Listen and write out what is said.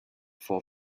for